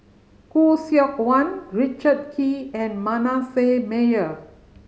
Khoo Seok Wan Richard Kee and Manasseh Meyer